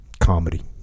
comedy